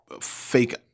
fake